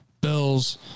Bills